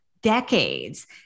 decades